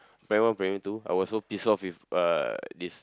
primary one primary two I was so pissed off with uh this